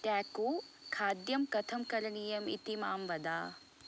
टेक्कू खाद्यं कथं करणीयम् इति मां वद